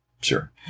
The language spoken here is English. Sure